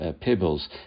pebbles